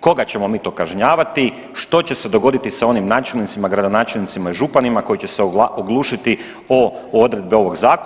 koga ćemo mi to kažnjavati, što će se dogoditi sa onim načelnicima, gradonačelnicima i županima koji će se oglušiti o odredbe ovog zakona?